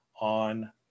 on